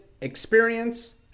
experience